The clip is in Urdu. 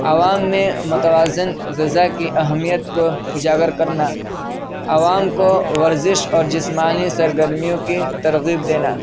عوام میں متوازن غذا کی اہمیت کو اجاگر کرنا عوام کو ورزش اور جسمانی سرگرمیوں کی ترغیب دینا